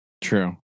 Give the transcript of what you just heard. true